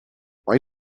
why